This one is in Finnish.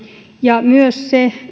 ja myös